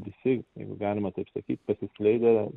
visi jeigu galima taip sakyt pasiskleidę